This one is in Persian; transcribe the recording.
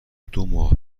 دوماه